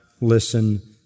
listen